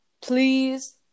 please